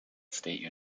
state